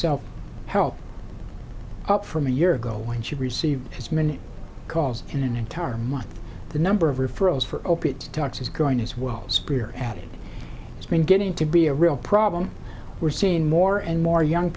self help up from a year ago when she received as many calls in an entire month the number of referrals for opiates talks is going to swell speer added has been getting to be a real problem we're seeing more and more young